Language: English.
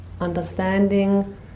understanding